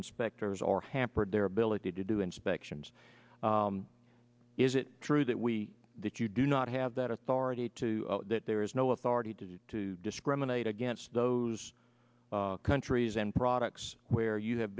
inspectors are hampered their ability to do inspections is it true that we that you do not have that authority to that there is no authority to do to discriminate against those countries and products where you have